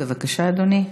בבקשה, אדוני.